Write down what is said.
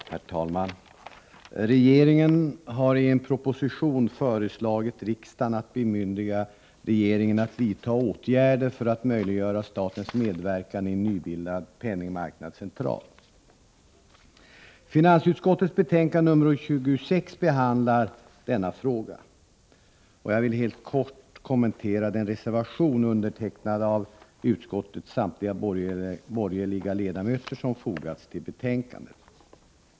Herr talman! Regeringen har i en proposition föreslagit riksdagen att bemyndiga regeringen att vidta åtgärder för att möjliggöra statens medverkan i en nybildad penningmarknadscentral. Finansutskottets betänkande 26 behandlar denna fråga. Jag vill helt kort kommentera den reservation, undertecknad av utskottets samtliga borgerliga ledamöter, som fogats till betänkandet.